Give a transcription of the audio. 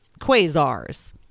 Quasars